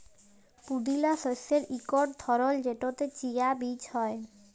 পুদিলা শস্যের ইকট ধরল যেটতে চিয়া বীজ হ্যয়